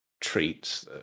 treats